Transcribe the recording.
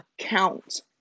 account